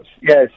Yes